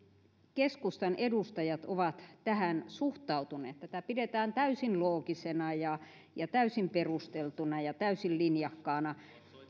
keskustan edustajat ovat tähän suhtautuneet tätä pidetään täysin loogisena ja ja täysin perusteltuna ja täysin linjakkaana